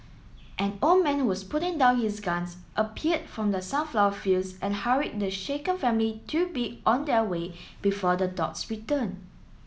an old man who was putting down his guns appeared from the sunflower fields and hurried the shaken family to be on their way before the dogs return